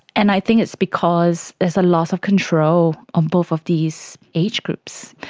and i think it's because there's a loss of control of both of these age groups.